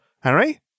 Harry